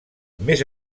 més